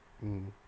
mm